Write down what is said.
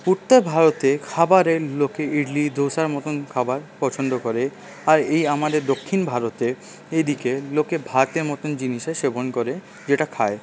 উত্তর ভারতে খাবারে লোকে ইডলি ধোসার মতন খাবার পছন্দ করে আর এই আমাদের দক্ষিণ ভারতে এইদিকে লোকে ভাতের মতন জিনিসের সেবন করে যেটা খায়